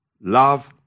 Love